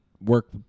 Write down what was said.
work